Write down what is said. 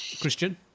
Christian